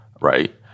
right